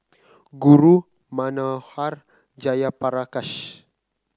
Guru Manohar Jayaprakash